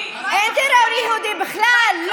נושא חשוב.